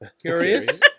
Curious